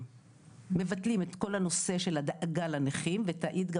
מבטלים את כל הנושא של הדאגה לנכים ותעיד גם